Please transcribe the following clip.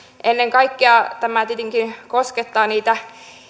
ennen kaikkea tämä tietenkin koskettaa niitä